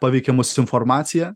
paveikia mus informacija